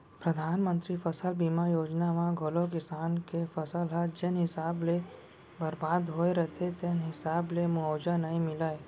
परधानमंतरी फसल बीमा योजना म घलौ किसान के फसल ह जेन हिसाब ले बरबाद होय रथे तेन हिसाब ले मुवावजा नइ मिलय